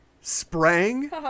Sprang